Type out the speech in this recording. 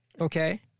okay